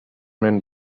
men